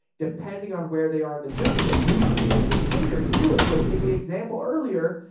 depending on where they are in the journey, but you create a container to do it. so in the example earlier,